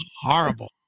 horrible